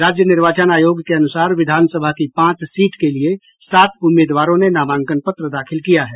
राज्य निर्वाचन आयोग के अनुसार विधानसभा की पांच सीट के लिए सात उम्मीदवारों ने नामांकन पत्र दाखिल किया है